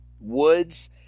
woods